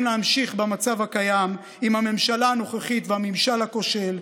להמשיך במצב הקיים עם הממשלה הנוכחית והממשל הכושל.